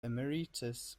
emeritus